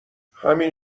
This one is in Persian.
همین